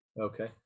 Okay